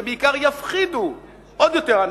ובעיקר יפחידו עוד יותר אנשים,